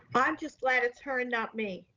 i'm just glad it's her and not me.